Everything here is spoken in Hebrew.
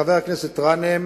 חבר הכנסת גנאים